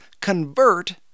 convert